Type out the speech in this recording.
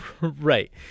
right